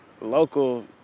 local